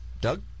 Doug